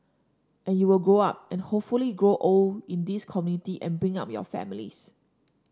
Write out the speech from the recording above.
and you would grow up and hopefully grow old in this community and bring up your families